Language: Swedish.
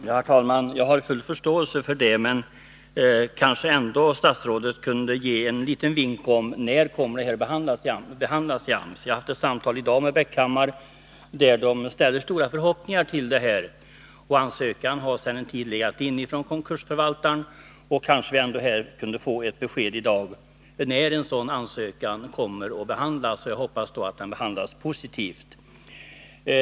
Herr talman! Jag har full förståelse för det, men statsrådet kanske ändå kunde ge enliten vink om när frågan kommer att behandlas av AMS. Jag har i dag haft ett samtal med Bäckhammar, där man ställer stora förhoppningar till detta stöd. Ansökan från konkursförvaltaren inlämnades för en tid sedan, så vi kanske kan få ett besked här i dag om när den kommer att behandlas. Jag hoppas att den då behandlas positivt.